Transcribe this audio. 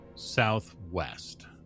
southwest